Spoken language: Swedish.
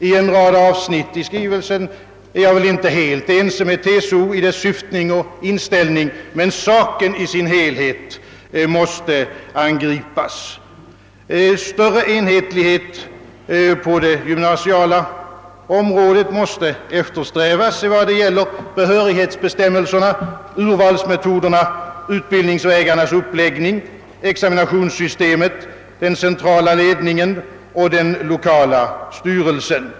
I en rad avsnitt är jag väl inte helt ense med TCO i dess syfte och inställning i skrivelsen, men saken i sin helhet måste angripas. Större enhetlighet på det gymnasiala området måste eftersträvas i vad det gäller behörighetsbestämmelserna, urvalsmetoderna, utbildningsvägarnas uppläggning, examinationssystemet, den centrala ledningen och den lokala styrelsen.